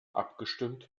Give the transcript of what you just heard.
abgestimmt